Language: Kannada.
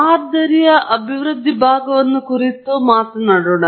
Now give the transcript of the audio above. ಮಾದರಿಯ ಅಭಿವೃದ್ಧಿ ಭಾಗವನ್ನು ಕುರಿತು ಬೇಗನೆ ಮಾತನಾಡೋಣ